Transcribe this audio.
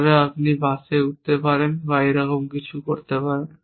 তবে আপনি বাসে উঠতে পারেন বা এরকম কিছু করতে পারেন